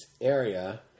area